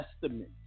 Testament